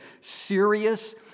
serious